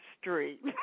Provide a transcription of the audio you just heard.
Street